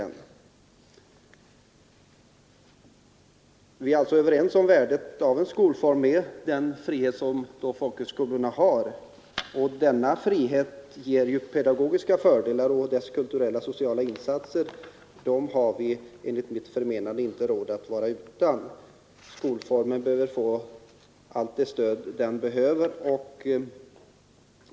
Vi är alltså överens om värdet av en skolform med den frihet som folkhögskolorna har. Denna frihet ger pedagogiska fördelar, och skolformens kulturella och sociala insatser har vi enligt mitt förmenande inte råd att vara utan. Skolformen bör få allt det stöd den behöver.